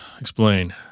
Explain